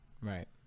Right